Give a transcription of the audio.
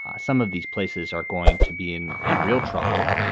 ah some of these places are going to be in in real trouble.